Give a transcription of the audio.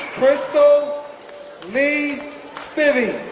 krystal lea spivey,